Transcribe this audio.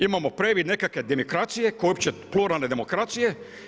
Imamo privid nekakve demokracije koja uopće, pluralne demokracije.